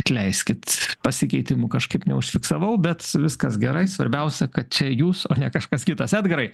atleiskit pasikeitimų kažkaip neužfiksavau bet viskas gerai svarbiausia kad tai jūs o ne kažkas kitas edgarai